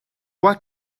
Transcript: what